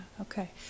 Okay